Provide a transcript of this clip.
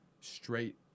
straight